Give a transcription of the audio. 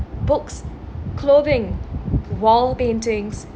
books clothing wall paintings